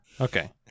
okay